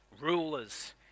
rulers